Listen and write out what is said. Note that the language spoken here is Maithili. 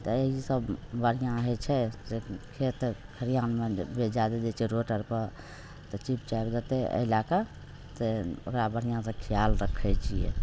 तऽ एहि से बढ़िआँ होइ छै जे खेत खलिहानमे जादे दैत छियै रोड आर पे तऽ तऽ चीप चापि देतै एहि लैके से ओकरा बढ़िआँ से ख्याल रखैत छियै